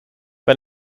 bei